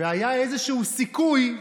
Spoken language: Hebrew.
והיה איזשהו סיכוי,